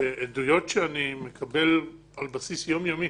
ועדויות שאני מקבל על בסיס יום יומי,